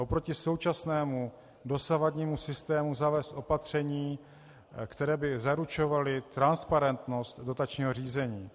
Proti současnému, dosavadnímu systému zavést opatření, která by zaručovala transparentnost dotačního řízení.